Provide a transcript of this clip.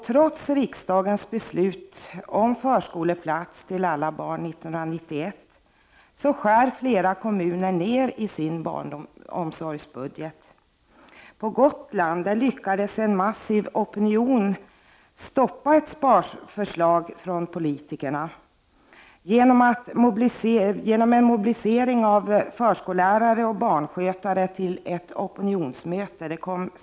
Trots riksdagsbeslut om förskoleplats till alla barn 1991 skär flera kommuner ner sin barnomsorgsbudget. På Gotland lyckades en massiv opinion stoppa ett sparförslag från politikerna genom en mobilisering av förskollärare och barnskötare till ett opinionsmöte.